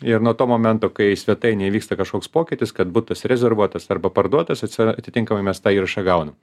ir nuo to momento kai svetainėj įvyksta kažkoks pokytis kad butas rezervuotas arba parduotas atsira atitinkamai mes tą įrašą gaunam